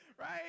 right